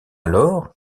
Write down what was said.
alors